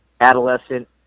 adolescent